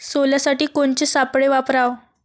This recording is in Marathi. सोल्यासाठी कोनचे सापळे वापराव?